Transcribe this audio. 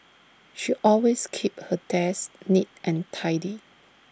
she always keeps her desk neat and tidy